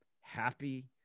happy